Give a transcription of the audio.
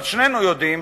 אבל שנינו יודעים